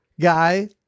guy